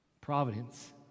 Providence